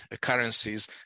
currencies